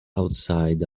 outside